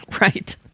Right